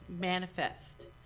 manifest